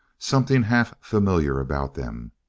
something half familiar about them.